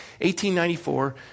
1894